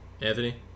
Anthony